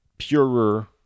purer